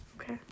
Okay